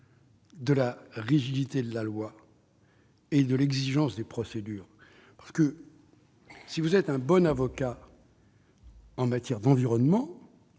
de la rigidité de la loi et de l'exigence des procédures. Si vous êtes un bon avocat en matière d'environnement,